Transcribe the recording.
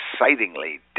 excitingly